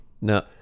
No